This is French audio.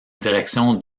direction